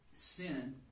sin